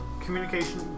communication